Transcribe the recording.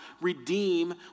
redeem